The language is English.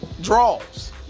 Draws